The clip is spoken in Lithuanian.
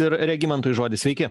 ir regimantui žodis sveiki